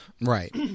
Right